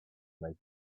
might